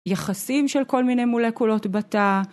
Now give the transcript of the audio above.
יחסים של כל מיני מולקולות בתא.